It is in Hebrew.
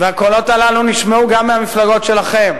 והקולות הללו נשמעו גם מהמפלגות שלכם.